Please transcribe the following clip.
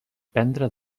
prendre